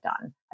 done